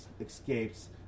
escapes